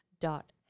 dot